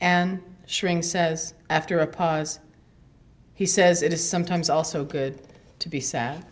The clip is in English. and sharing says after a pause he says it is sometimes also good to be sad